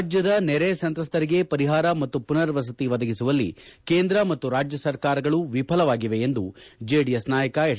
ರಾಜ್ಯದ ನೆರೆ ಸಂತ್ರಸ್ತರಿಗೆ ಪರಿಹಾರ ಮತ್ತು ಪುನರ್ವಸತಿ ಒದಗಿಸುವಲ್ಲಿ ಕೇಂದ್ರ ಮತ್ತು ರಾಜ್ಯ ಸರ್ಕಾರಗಳು ವಿಫಲವಾಗಿವೆ ಎಂದು ಜೆಡಿಎಸ್ ನಾಯಕ ಎಚ್